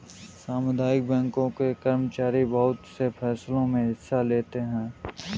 सामुदायिक बैंकों के कर्मचारी बहुत से फैंसलों मे हिस्सा लेते हैं